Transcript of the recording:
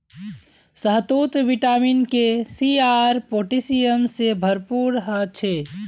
शहतूत vitamin K, C आर potassium से भरपूर ह छे